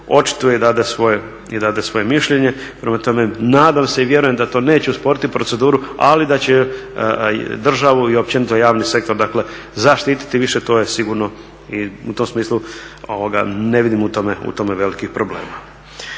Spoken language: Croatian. očituje i dade svoje mišljenje. Prema tome, nadam se i vjerujem da to neće usporiti proceduru, ali da će državu i općenito javni sektor, dakle zaštiti više. To je sigurno i u tom smislu ne vidim u tome velikih problema.